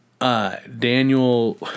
Daniel